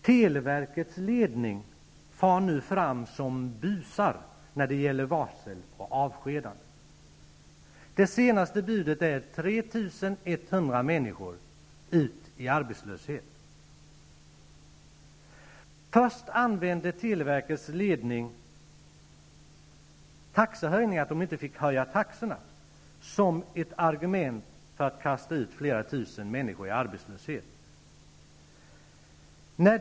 Televerkets ledning far ju nu fram som busar när det gäller varsel och avskedanden. Det senaste budet är att 3 100 människor skall kastas ut i arbetslöshet. Först utnyttjade televerkets ledning detta med att man inte fick höja taxorna som ett argument för att det var nödvändigt att kasta ut flera tusen människor i arbetslöshet.